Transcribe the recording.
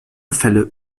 fälle